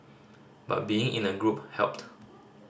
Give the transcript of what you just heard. but being in a group helped